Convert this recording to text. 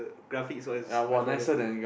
graphics all is much more better